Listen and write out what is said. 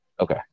Okay